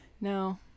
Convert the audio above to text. No